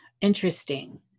interesting